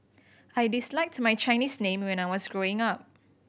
I disliked my Chinese name when I was growing up